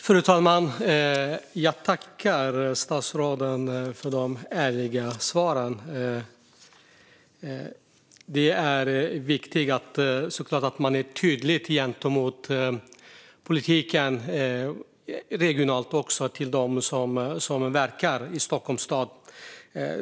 Fru talman! Jag tackar statsrådet för de ärliga svaren. Det är såklart viktigt att man är tydlig i politiken, också regionalt gentemot dem som verkar i Stockholms stad.